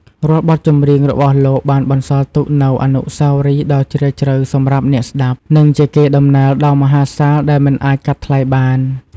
រាល់បទចម្រៀងរបស់លោកបានបន្សល់ទុកនូវអនុស្សាវរីយ៍ដ៏ជ្រាលជ្រៅសម្រាប់អ្នកស្តាប់ និងជាកេរដំណែលដ៏មហាសាលដែលមិនអាចកាត់ថ្លៃបាន។